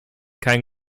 keinen